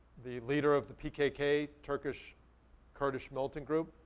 the leader of the pkk turkish kurdish militant group,